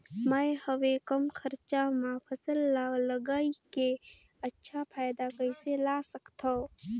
मैं हवे कम खरचा मा फसल ला लगई के अच्छा फायदा कइसे ला सकथव?